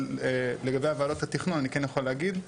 אבל לגבי וועדת התכנון אני כן אוכל להגיד,